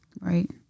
Right